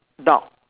dog